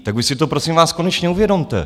Tak už si to, prosím vás, konečně uvědomte!